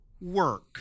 work